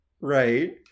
Right